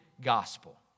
gospel